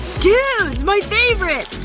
dudes! my favorite!